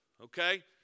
Okay